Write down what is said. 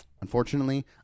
unfortunately